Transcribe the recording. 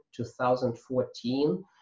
2014